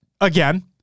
again